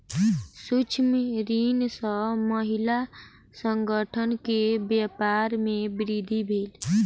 सूक्ष्म ऋण सॅ महिला संगठन के व्यापार में वृद्धि भेल